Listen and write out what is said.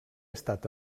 estat